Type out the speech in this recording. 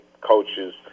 coaches